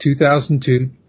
2002